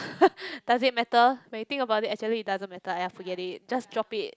does it matter when you think about it actually it doesn't matter !aiya! forget it just drop it